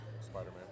Spider-Man